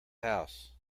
house